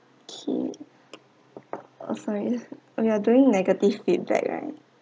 okay ah sorry we are doing negative feedback right